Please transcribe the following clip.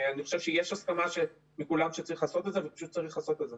אני חושב שיש הסכמה מכולם שצריך לעשות את זה ופשוט צריך לעשות את זה.